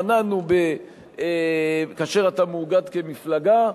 מנענו כאשר אתה מאוגד כמפלגה.